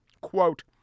Quote